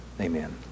amen